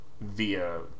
via